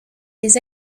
des